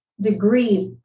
degrees